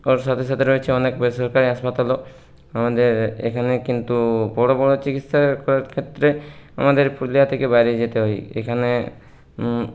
ওর সাথে সাথে রয়েছে অনেক বেসরকারি হাসপাতালও আমাদের এখানে কিন্তু বড়ো বড়ো চিকিৎসার করার ক্ষেত্রে আমাদের পুরুলিয়া থেকে বাইরে যেতে হয় এখানে